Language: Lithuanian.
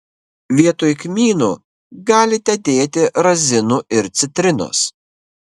vietoj kmynų galite dėti razinų ir citrinos